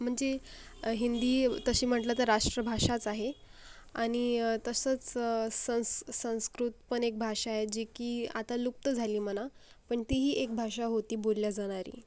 म्हणजे हिंदी तशी म्हटलं तर राष्ट्रभाषाच आहे आणि तसंच संस्क संस्कृत पण एक भाषा आहे जी की आता लुप्त झाली म्हणा पण तीही एक भाषा होती बोलली जाणारी